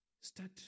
Start